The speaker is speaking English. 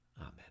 Amen